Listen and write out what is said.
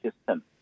system